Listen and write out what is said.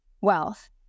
wealth